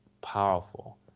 powerful